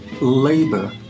labor